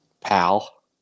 pal